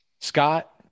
Scott